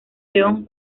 león